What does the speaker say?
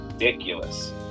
ridiculous